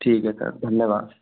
ठीक है सर धन्यवाद